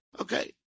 Okay